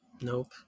Nope